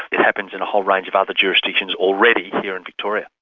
it happens in a whole range of other jurisdictions already here in victoria.